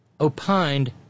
opined